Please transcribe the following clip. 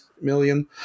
Million